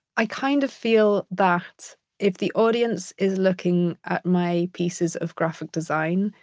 i kind of feel that if the audience is looking at my pieces of graphic design,